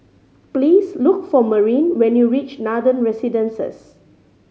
please look for Marin when you reach Nathan Residences